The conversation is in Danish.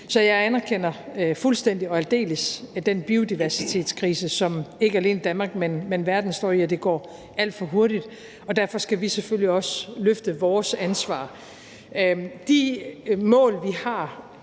Så jeg anerkender fuldstændig og aldeles den biodiversitetskrise, som ikke alene Danmark, men verden står i, og at det går alt for hurtigt. Derfor skal vi selvfølgelig også løfte vores ansvar. De mål, vi har